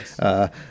Yes